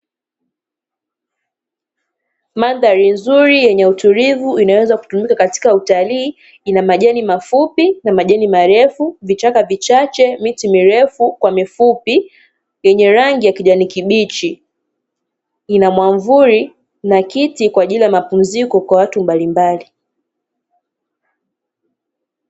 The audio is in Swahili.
Mandhari nzuri yenye utulivu inayoweza kutumika katika utalii, ina majani mafupi na majani marefu, vichaka vichache, miti mirefu kwa mifupi, yenye rangi ya kijani kibichi. Ina mwamvuli na kiti, kwa ajili ya mapumziko kwa watu mbalimbali.